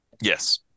Yes